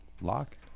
Lock